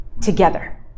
together